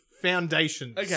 foundations